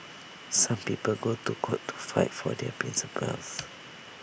some people go to court to fight for their principles